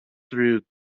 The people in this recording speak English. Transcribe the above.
through